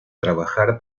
trabajar